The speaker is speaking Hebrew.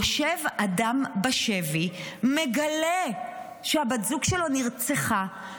יושב אדם בשבי, מגלה שהבת זוג שלו נרצחה.